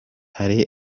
hari